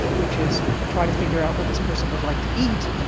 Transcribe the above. which is try to figure out what this person would like to eat,